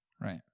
Right